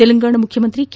ತೆಲಂಗಾಣ ಮುಖ್ಯಮಂತ್ರಿ ಕೆ